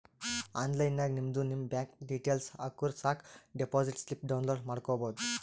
online ನಾಗ್ ನಿಮ್ದು ನಿಮ್ ಬ್ಯಾಂಕ್ ಡೀಟೇಲ್ಸ್ ಹಾಕುರ್ ಸಾಕ್ ಡೆಪೋಸಿಟ್ ಸ್ಲಿಪ್ ಡೌನ್ಲೋಡ್ ಮಾಡ್ಕೋಬೋದು